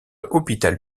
hôpital